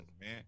man